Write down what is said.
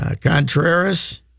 Contreras